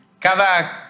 Cada